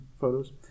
photos